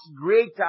greater